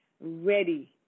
ready